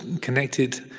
connected